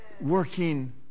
working